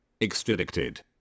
Extradicted